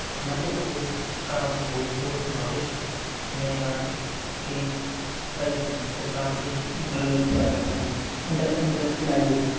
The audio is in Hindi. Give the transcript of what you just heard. मध्य प्रदेश का भूगोल भविष्य में राज्य के कई हैं प्रकार से प्रविध कर सकते हैं इन्टर इंड्रस्टीलाइजेशन